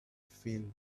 filled